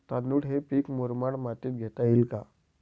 तांदूळ हे पीक मुरमाड मातीत घेता येईल का?